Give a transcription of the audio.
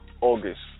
August